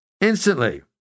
instantly